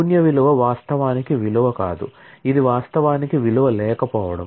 శూన్య విలువ వాస్తవానికి విలువ కాదు ఇది వాస్తవానికి విలువ లేకపోవడం